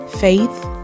faith